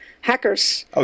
hackers